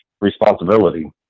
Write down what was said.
responsibility